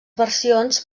versions